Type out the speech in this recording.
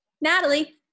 Natalie